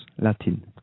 Latin